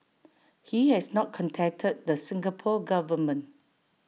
he has not contacted the Singapore Government